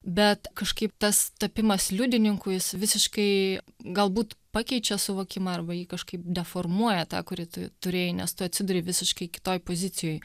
bet kažkaip tas tapimas liudininku jis visiškai galbūt pakeičia suvokimą arba jį kažkaip deformuoja tą kurį tu turėjai nes tu atsiduriai visiškai kitoj pozicijoj